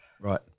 Right